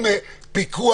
עם פיקוח.